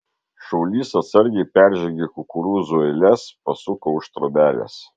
šaulys atsargiai peržengė kukurūzų eiles pasuko už trobelės